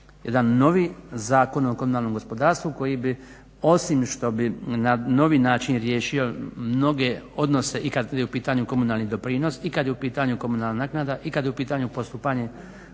jedan novi Zakon o komunalnom gospodarstvu koji bi osim što bi na novi način riješio mnoge odnose i kad je u pitanju komunalni doprinos i kad je u pitanju komunalna naknada i kad je u pitanju postupanje